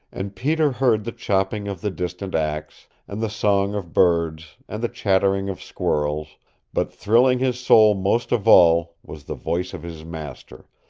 and peter heard the chopping of the distant axe, and the song of birds, and the chattering of squirrels but thrilling his soul most of all was the voice of his master,